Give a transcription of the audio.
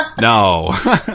No